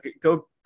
Go